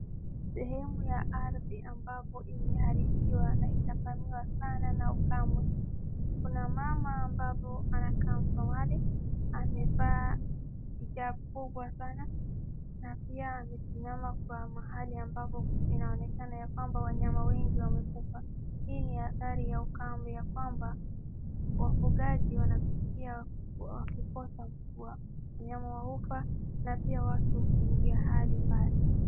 Sehemu ya ardhi ambapo imeharibiwa na ukame wa sana na ukame. Kuna mama ambapo anakaa mbali. Amevaa hijabu kubwa sana. Na pia amesimama kwa mahali ambapo inaonekana ya kwamba wanyama wengi wamekufa. Hii ni hatari ya ukame ya kwamba wafugaji wanapitia wakikosa mvua. Wanyama hufa na pia watu huingia hali mbaya.